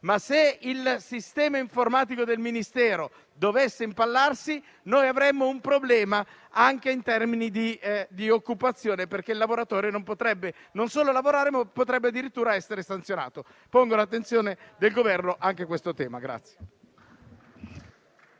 se il sistema informatico del Ministero dovesse impallarsi? Avremmo infatti un problema anche in termini di occupazione, perché il lavoratore non solo non potrebbe lavorare, ma potrebbe addirittura essere sanzionato. Pongo all'attenzione del Governo anche questo tema.